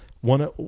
one